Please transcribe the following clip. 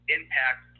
impact